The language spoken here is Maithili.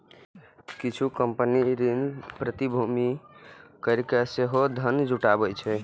किछु कंपनी ऋण प्रतिभूति कैरके सेहो धन जुटाबै छै